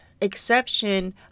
exception